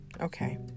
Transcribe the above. okay